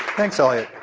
thanks elliot.